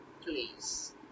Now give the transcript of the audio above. please